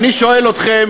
אני שואל אתכם